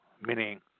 meaning